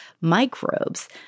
microbes